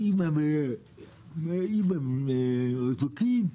אם הם רתוקים,